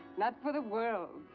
not for the world.